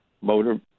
motor